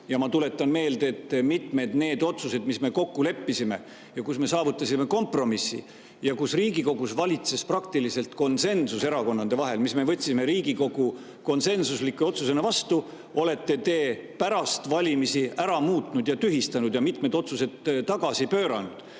Ma tuletan meelde, et mitmed otsused, mis me kokku leppisime ja kus me saavutasime kompromissi – kus Riigikogus valitses praktiliselt konsensus erakondade vahel, me võtsime need Riigikogu konsensusliku otsusena vastu –, olete te pärast valimisi ära muutnud ja tühistanud, mitmed otsused tagasi pööranud.